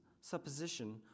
supposition